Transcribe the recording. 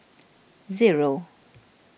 zero